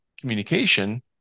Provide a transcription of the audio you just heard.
communication